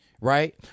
right